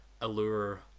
allure